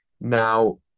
Now